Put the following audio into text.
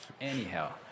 Anyhow